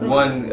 one